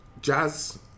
jazz